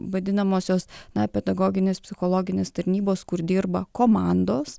vadinamosios na pedagoginės psichologinės tarnybos kur dirba komandos